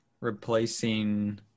replacing